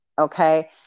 Okay